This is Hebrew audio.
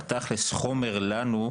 אבל תכלס חומר לנו,